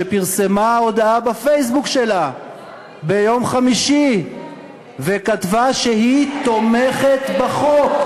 שפרסמה הודעה בפייסבוק שלה ביום חמישי וכתבה שהיא תומכת בחוק,